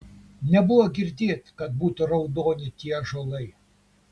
nebuvo girdėt kad būtų raudoni tie ąžuolai